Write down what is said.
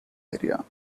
area